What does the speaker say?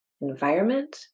environment